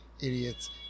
idiots